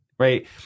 Right